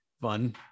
fun